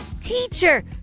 teacher